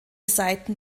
seiten